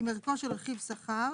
חישוב רכיבי השכר